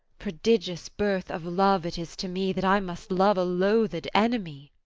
prodigious birth of love it is to me, that i must love a loathed enemy.